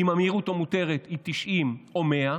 אם המהירות המותרת היא 90 או 100,